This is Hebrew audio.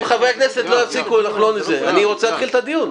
אם חברי הכנסת לא יפסיקו אנחנו לא אני רוצה להתחיל את הדיון.